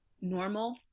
normal